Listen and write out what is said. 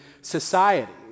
society